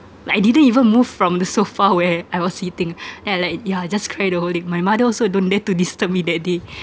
like I didn't even move from the sofa where I was eating then I like yeah just cried the whole day my mother also don't dare to disturb me that day